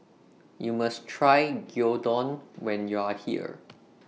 YOU must Try Gyudon when YOU Are here